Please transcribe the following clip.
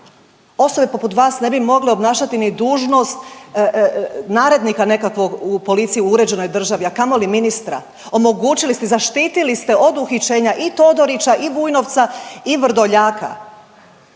Osobe poput vas ne bi mogle obnašati ni dužnost narednika nekakvog u policiji u uređenoj državi, a kamoli ministra. Omogućili ste, zaštitili ste od uhićenja i Todorića i Vujnovca i Vrdoljaka.